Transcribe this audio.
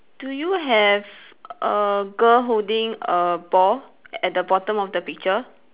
do you have a girl holding a ball at the bottom of the picture